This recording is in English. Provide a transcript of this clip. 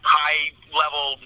high-level